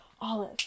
Olive